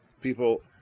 People